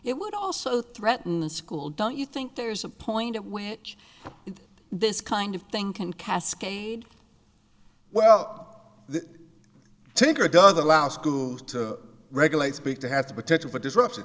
it would also threaten the school don't you think there's a point at which this kind of thing can cascade well the taker does allow schools to regulate speak to have the potential for disrupti